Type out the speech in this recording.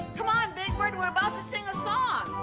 come on big bird, we're about to sing a song!